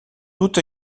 doute